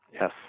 Yes